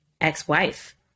ex-wife